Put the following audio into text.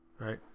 right